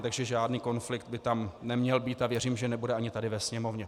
Takže žádný konflikt by tam neměl být a věřím, že nebude ani tady ve Sněmovně.